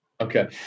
Okay